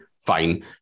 fine